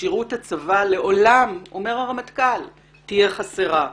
כשירות הצבא לעולם תהיה חסרה,